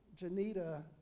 Janita